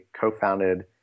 co-founded